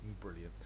brilliant